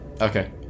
Okay